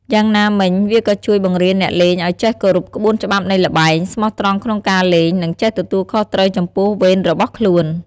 យ៉ាងណាមិញ វាក៏ជួយបង្រៀនអ្នកលេងឱ្យចេះគោរពក្បួនច្បាប់នៃល្បែង ស្មោះត្រង់ក្នុងការលេង និងចេះទទួលខុសត្រូវចំពោះវេនរបស់ខ្លួន។